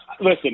Listen